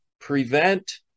prevent